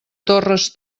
torres